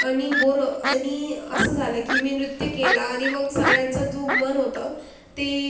आणि बोर आणि असं झालं की मी नृत्य केला आणि मग सगळ्यांचा जो मन होतं ते